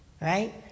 right